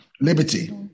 liberty